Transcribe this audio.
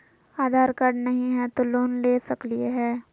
आधार card नही हय, तो लोन ले सकलिये है?